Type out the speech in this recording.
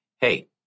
hey